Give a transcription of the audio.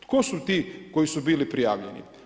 Tko su ti koji su bili prijavljeni?